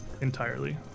entirely